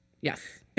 Yes